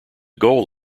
goal